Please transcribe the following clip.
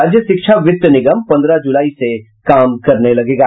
राज्य शिक्षा वित्त निगम पन्द्रह जुलाई से काम करने लगेगा